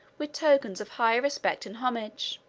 with tokens of high respect and homage.